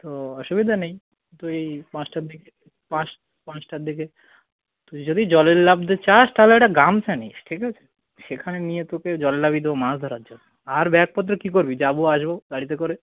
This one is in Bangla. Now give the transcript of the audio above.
তো অসুবিধা নেই তুই পাঁচটার দিকে পাঁচ পাঁচটার দিকে তুই যদি জলে নামতে চাস তাহলে একটা গামছা নিস ঠিক আছে সেখানে নিয়ে তোকে জলে নামিয়ে দেবো মাছ ধরার জন্য আর ব্যাগপত্র কী করবি যাব আসব গাড়িতে করে